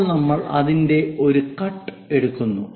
അപ്പോൾ നമ്മൾ അതിന്റെ ഒരു കട്ട് എടുക്കുന്നു